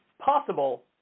possible